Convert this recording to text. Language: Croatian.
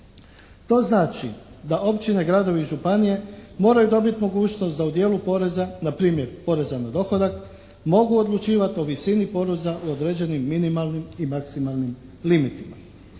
To znači da općine, gradovi i županije moraju dobiti mogućnost da u dijelu poreza, na primjer poreza na dohodak mogu odlučivati o visini poreza u određenim minimalnim i maksimalnim limitima.